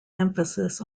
emphasis